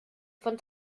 von